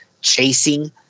chasing